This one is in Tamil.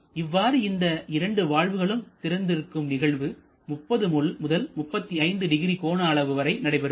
இவ்வாறு இந்த இரண்டு வால்வுகளும் திறந்திருக்கும் நிகழ்வு 30 முதல் 350 கோண அளவு வரை நடைபெறும்